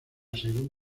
según